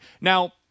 Now